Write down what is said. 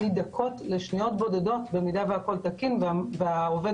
מדקות לשניות בודדות במידה שהכול תקין והעובד